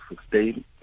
sustain